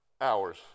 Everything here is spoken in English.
Hours